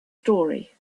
story